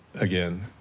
again